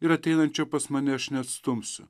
ir ateinančio pas mane aš neatstumsiu